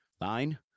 line